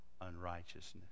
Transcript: unrighteousness